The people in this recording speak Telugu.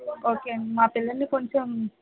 ఓకే అండి మా పిల్లల్ని కొంచెం